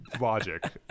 Logic